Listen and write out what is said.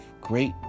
great